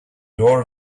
door